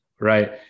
right